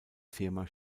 firma